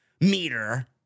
meter